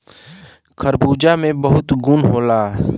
खरबूजा में बहुत गुन होला